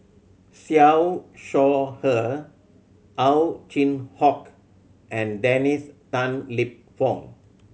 Siew Shaw Her Ow Chin Hock and Dennis Tan Lip Fong